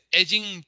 edging